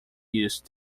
used